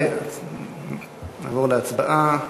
נעבור להצבעה.